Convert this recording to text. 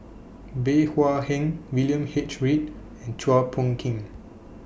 Bey Hua Heng William H Read and Chua Phung Kim